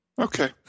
Okay